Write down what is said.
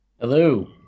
Hello